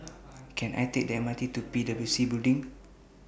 Can I Take The M R T to P W C Building